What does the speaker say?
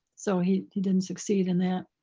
so he he didn't succeed in that.